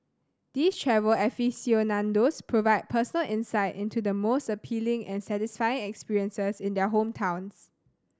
these travel aficionados provide personal insight into the most appealing and satisfying experiences in their hometowns